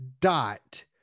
dot